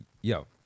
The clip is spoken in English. Yo